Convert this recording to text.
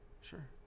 Sure